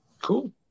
cool